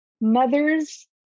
mothers